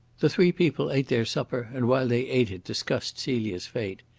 the three people ate their supper, and, while they ate it, discussed celia's fate.